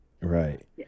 Right